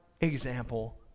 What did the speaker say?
example